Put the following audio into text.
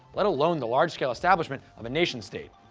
let alone the large scale establishment of a nation-state.